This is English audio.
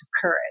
courage